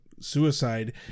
suicide